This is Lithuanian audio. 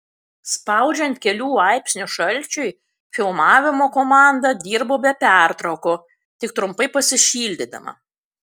spaudžiant kelių laipsnių šalčiui filmavimo komanda dirbo be pertraukų tik trumpai pasišildydama